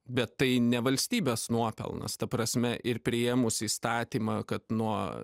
bet tai ne valstybės nuopelnas ta prasme ir priėmus įstatymą kad nuo